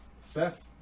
Seth